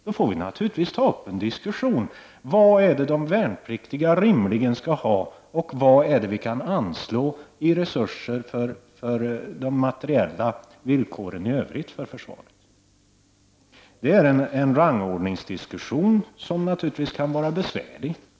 Då får det naturligtvis bli en diskussion om vad de värnpliktiga rimligtvis skall ha och vad vi kan anslå i resurser för de materiella villkoren i övrigt för försvaret. Det är en rangordningsdiskussion som naturligtvis kan vara besvärlig.